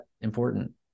important